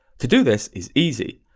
to do this, it's easy.